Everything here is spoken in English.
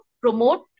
promote